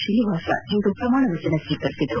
ಶ್ರೀನಿವಾಸ ಇಂದು ಪ್ರಮಾಣವಚನ ಸ್ವೀಕರಿಸಿದರು